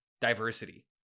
diversity